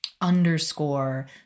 underscore